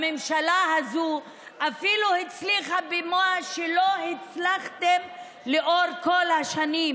הממשלה הזו אפילו הצליחה במה שלא הצלחתם לאורך כל השנים: